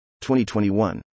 2021